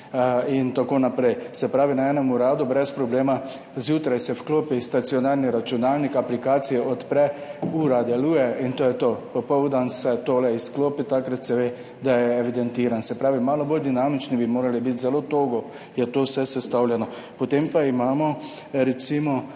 in tako naprej. Se pravi, na enem uradu brez problema, zjutraj se vklopi stacionarni računalnik, aplikacija se odpre, ura deluje in to je to, popoldan se tole izklopi, takrat se ve, da je evidentiran. Se pravi, malo bolj dinamični bi morali biti, zelo togo je vse to sestavljeno. Potem pa imamo recimo